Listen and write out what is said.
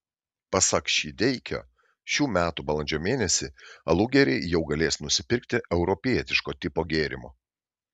pasak šydeikio šių metų balandžio mėnesį alugeriai jau galės nusipirkti europietiško tipo gėrimo